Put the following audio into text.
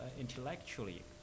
intellectually